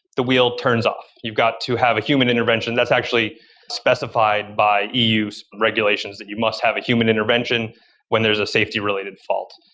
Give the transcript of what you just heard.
the wheel turns off. you've got to have a human intervention. that's actually specified by the e-use regulations that you must have a human intervention when there is a safety related fault.